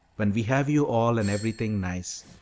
when we have you all and everything nice.